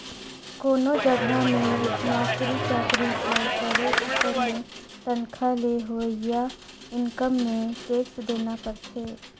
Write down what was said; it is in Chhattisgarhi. कोनो जगहा में नउकरी चाकरी कर करे उपर में तनखा ले होवइया इनकम में टेक्स देना परथे